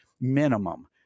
minimum